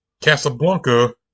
Casablanca